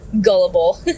gullible